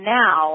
now